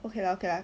okay lah okay lah